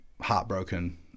heartbroken